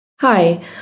Hi